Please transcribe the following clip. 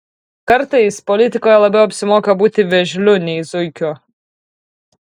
kartais politikoje labiau apsimoka būti vėžliu nei zuikiu